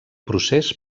procés